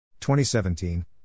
2017